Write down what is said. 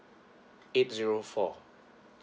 eight zero four